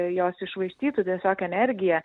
jos iššvaistytų tiesiog energiją